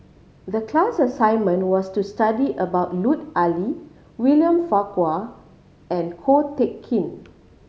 the class assignment was to study about Lut Ali William Farquhar and Ko Teck Kin